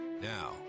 Now